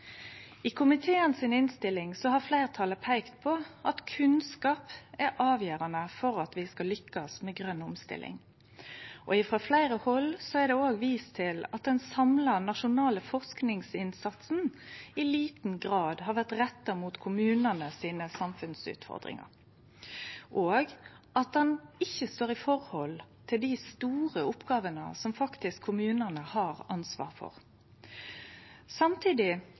I komitéinnstillinga har fleirtalet peikt på at kunnskap er avgjerande for at vi skal lykkast med grøn omstilling. Frå fleire hald er det òg vist til at den samla nasjonale forskingsinnsatsen i liten grad har vore retta mot samfunnsutfordringane til kommunane, og at han ikkje står i forhold til dei store oppgåvene som kommunane faktisk har ansvar for. Samtidig